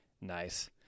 Nice